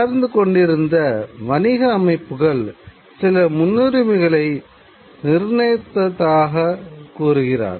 வளர்ந்து கொண்டிருந்த வணிக அமைப்புகள் சில முன்னுரிமைகளை நிர்ணயித்ததாக கூறுகிறார்